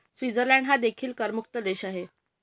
Switzerland हा देखील करमुक्त देश आहे